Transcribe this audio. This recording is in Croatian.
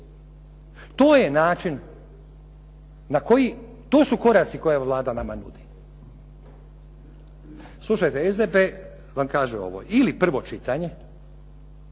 To je način na koji, to su koraci koje Vlada nama nudi. Slušajte, SDP vam kaže ovo ili prvo čitanje,